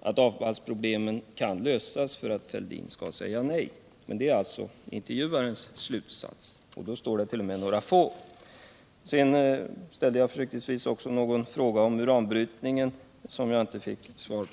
att avfallsproblemen kan lösas för att herr Fälldin skall säga nej. Det är alltså intervjuaren som säger ”några få vetenskapsmän”. Jag ställde också en fråga om uranbrytningen, som jag inte fick något svar på.